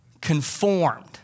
Conformed